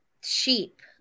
sheep